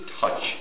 touch